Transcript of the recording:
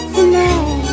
Tonight